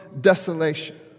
desolation